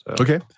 Okay